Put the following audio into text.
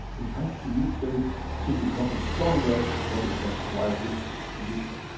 it has to mutate to become stronger that it can survive this position.